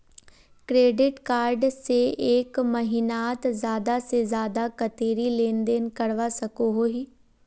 Credit card से एक महीनात ज्यादा से ज्यादा कतेरी लेन देन करवा सकोहो ही?